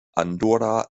andorra